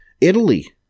Italy